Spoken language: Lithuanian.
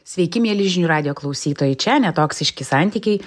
sveiki mieli žinių radijo klausytojai čia netoksiški santykiai